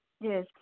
Yes